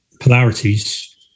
polarities